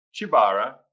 Chibara